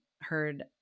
heard